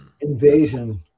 invasion